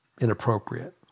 inappropriate